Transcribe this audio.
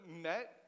met